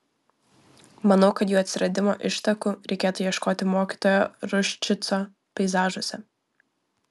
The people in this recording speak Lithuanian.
manau kad jų atsiradimo ištakų reikėtų ieškoti mokytojo ruščico peizažuose